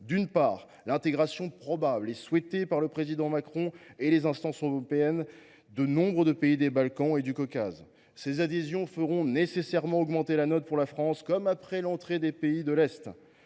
il y aura l’intégration probable et souhaitée par le Président Macron et les instances européennes de nombre de pays des Balkans et du Caucase. Ces adhésions feront nécessairement augmenter la note pour la France, comme après l’entrée des pays de l’Est.